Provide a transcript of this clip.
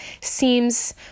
seems